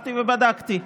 הלכתי ובדקתי,